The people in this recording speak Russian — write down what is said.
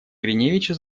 гриневича